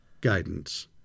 guidance